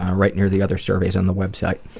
ah right near the other surveys on the website.